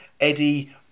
Eddie